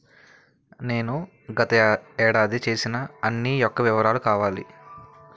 నేను గత ఏడాది చేసిన అన్ని యెక్క వివరాలు కావాలి?